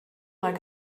like